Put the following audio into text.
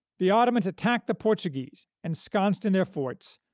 the ottomans attacked the portuguese, ensconced in their forts,